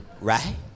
Right